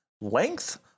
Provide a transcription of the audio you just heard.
length